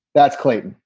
that's clayton.